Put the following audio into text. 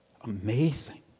Amazing